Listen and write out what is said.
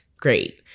Great